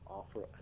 offer